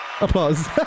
Applause